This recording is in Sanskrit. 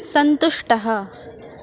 सन्तुष्टः